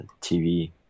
TV